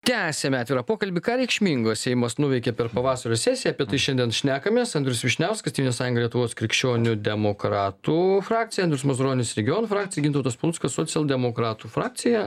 tęsiame atvirą pokalbį ką reikšmingo seimas nuveikė per pavasario sesiją apie tai šiandien šnekamės andrius vyšniauskas tėvynės sąjunga lietuvos krikščionių demokratų frakcija andrius mazuronis regionų frakcija gintautas paluckas socialdemokratų frakcija